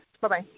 Bye-bye